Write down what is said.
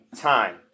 time